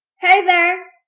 hey there!